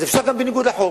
אפשר גם בניגוד לחוק.